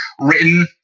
written